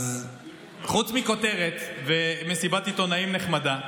אז חוץ מכותרת ומסיבת עיתונאים נחמדה,